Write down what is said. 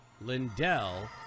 Lindell